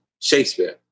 Shakespeare